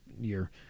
year